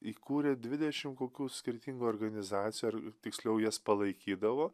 įkūrė dvidešim kokių skirtingų organizacijų ar tiksliau jas palaikydavo